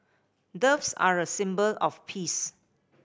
doves are a symbol of peace